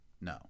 no